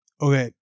Okay